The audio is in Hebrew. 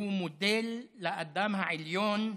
והוא מודל לאדם העליון.